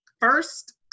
first